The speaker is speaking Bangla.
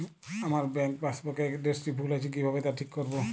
আমার ব্যাঙ্ক পাসবুক এর এড্রেসটি ভুল আছে কিভাবে তা ঠিক করবো?